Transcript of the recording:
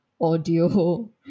audio